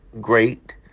great